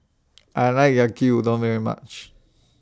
I like Yaki Udon very much